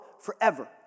forever